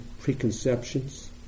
preconceptions